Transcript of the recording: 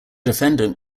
defendant